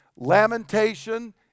Lamentation